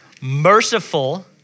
merciful